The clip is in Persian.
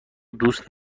دوست